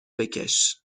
بکش